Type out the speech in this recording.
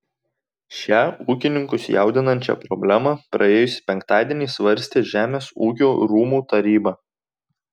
šią ūkininkus jaudinančią problemą praėjusį penktadienį svarstė žemės ūkio rūmų taryba